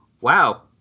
wow